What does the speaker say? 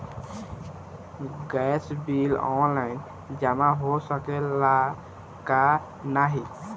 Gas bill online जमा हो सकेला का नाहीं?